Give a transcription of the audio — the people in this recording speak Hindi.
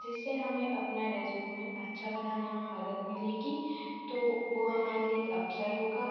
जिससे हमें अपना रेज्यूमें अच्छा बनाने में मदद मिलेगी तो वह हमारे लिए अवसर होगा